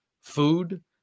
food